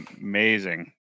amazing